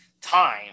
time